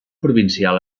provincial